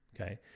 okay